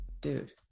Dude